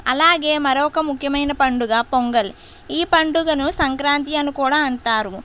అలాగే మరోక ముఖ్యమైన పండుగ పొంగల్ ఈ పండుగను సంక్రాంతి అని కూడా అంటారు